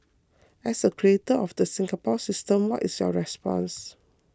as a creator of the Singapore system what is your response